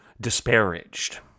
disparaged